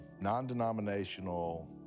non-denominational